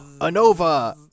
Anova